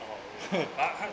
orh okay but 它